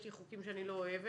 יש לי חוקים שאני לא אוהבת,